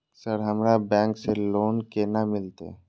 Sir हमरा bank से loan केना मिलते?